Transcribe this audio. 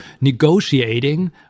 negotiating